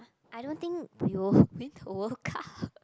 I don't think we will win the World Cup